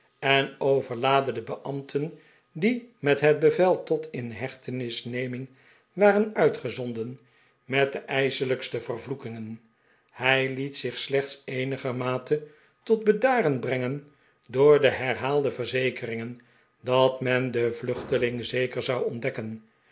en overlaadde de beambten die met het bevel tot inhechtenisneming waren uitgezonden met de ijselijkste vervloekingen hij liet zich slechts eenigermate tot bedaren brengen door de herhaalde verzekeringen dat men den vluchteling zeker zou ontdekken